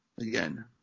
Again